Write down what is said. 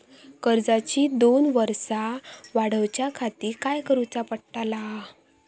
कर्जाची दोन वर्सा वाढवच्याखाती काय करुचा पडताला?